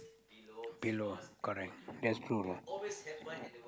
below correct that's true lah